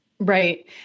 Right